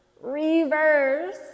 reverse